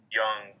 young